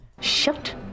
Shut